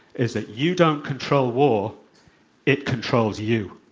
it's that you don't control war it controls you.